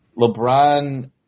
LeBron –